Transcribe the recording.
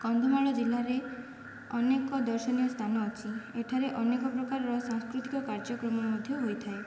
କନ୍ଧମାଳ ଜିଲ୍ଲାରେ ଅନେକ ଦର୍ଶନୀୟ ସ୍ଥାନ ଅଛି ଏଠାରେ ଅନେକ ପ୍ରକାରର ସାଂସ୍କୃତିକ କାଯ୍ୟକ୍ରମ ମଧ୍ୟ ହୋଇଥାଏ